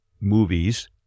movies